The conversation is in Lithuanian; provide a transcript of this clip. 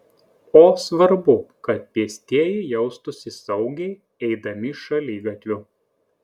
o svarbu kad pėstieji jaustųsi saugiai eidami šaligatviu